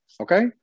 Okay